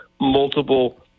multiple